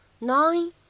nine